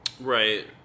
right